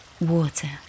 Water